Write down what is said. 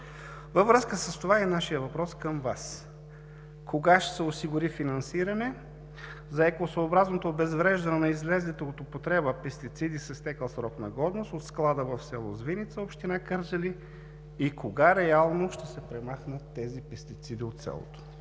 Във връзка с това е и нашият въпрос към Вас: кога ще се осигури финансиране за екологосъобразното обезвреждане на излезлите от употреба пестициди с изтекъл срок на годност от склада в село Звиница, община Кърджали, и кога реално ще се премахнат тези пестициди от селото?